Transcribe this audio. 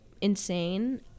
insane